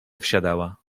wsiadała